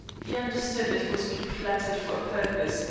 he understood that he was being flattered for a purpose,